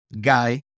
guy